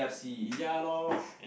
ya loh